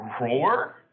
Roar